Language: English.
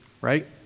right